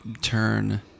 turn